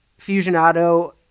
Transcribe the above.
Fusionado